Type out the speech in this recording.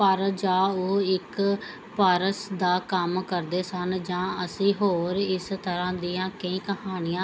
ਪਰ ਜਾਂ ਉਹ ਇੱਕ ਪਾਰਸ ਦਾ ਕੰਮ ਕਰਦੇ ਸਨ ਜਾਂ ਅਸੀਂ ਹੋਰ ਇਸ ਤਰ੍ਹਾਂ ਦੀਆਂ ਕਈ ਕਹਾਣੀਆਂ